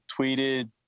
tweeted